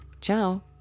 Ciao